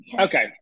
Okay